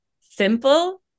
simple